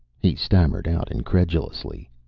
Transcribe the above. he stammered out incredulously.